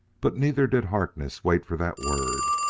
but neither did harkness wait for that word.